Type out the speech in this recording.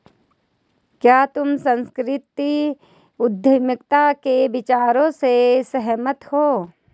क्या तुम सांस्कृतिक उद्यमिता के विचार से सहमत हो?